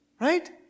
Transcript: right